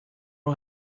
who